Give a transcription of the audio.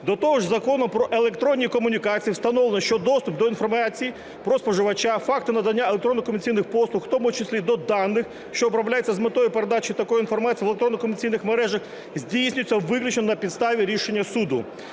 До того ж в Законі "Про електронні комунікації" встановлено, що доступ до інформації про споживача, факти надання електронних комунікаційних послуг, в тому числі до даних, що обробляються з метою передачі такої інформації в електронних комунікаційних мережах, здійснюються виключно на підставі рішення суду,